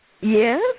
Yes